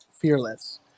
fearless